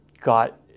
got